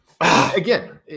again